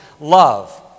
love